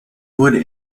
wurde